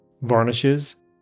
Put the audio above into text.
varnishes